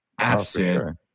absent